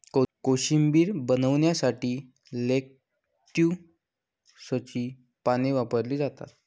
कोशिंबीर बनवण्यासाठी लेट्युसची पाने वापरली जातात